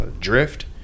drift